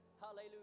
hallelujah